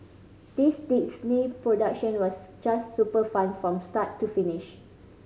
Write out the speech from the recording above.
this Disney production was just super fun from start to finish